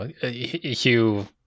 Hugh